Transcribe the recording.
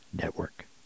Network